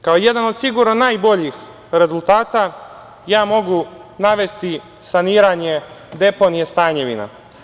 Kao jedan od sigurno najboljih rezultata, ja mogu navesti saniranje deponije „Stanjevina“